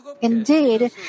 Indeed